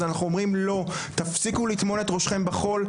אז אנחנו אומרים לא, תפסיקו לטמון את ראשכם בחול.